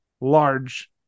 large